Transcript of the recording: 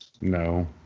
no